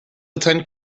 attend